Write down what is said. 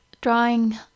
drawing